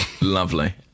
lovely